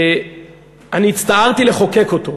אני הצטערתי לחוקק אותו.